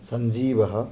सञ्जीवः